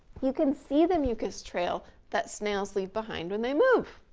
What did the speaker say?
you can see the mucus trail that snails leave behind when they move.